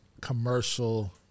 commercial